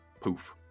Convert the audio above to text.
Poof